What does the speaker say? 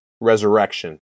Resurrection